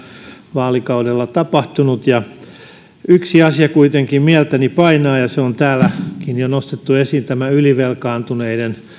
vaalikaudella tapahtunut yksi asia kuitenkin mieltäni painaa ja se on täälläkin jo nostettu esiin tämä ylivelkaantuneiden